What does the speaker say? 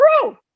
true